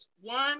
one